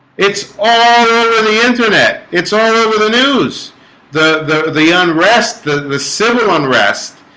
it's all over the internet, it's all over the news the the the unrest the the civil unrest